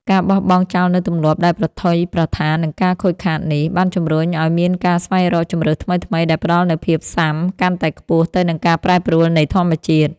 ការបោះបង់ចោលនូវទម្លាប់ដែលប្រថុយប្រថាននឹងការខូចខាតនេះ បានជំរុញឱ្យមានការស្វែងរកជម្រើសថ្មីៗដែលផ្ដល់នូវភាពស៊ាំកាន់តែខ្ពស់ទៅនឹងការប្រែប្រួលនៃធម្មជាតិ។